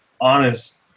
honest